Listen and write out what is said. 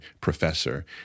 professor